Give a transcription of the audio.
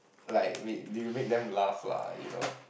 like wait you make them laugh lah you know